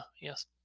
yes